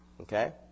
Okay